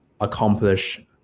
Accomplish